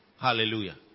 hallelujah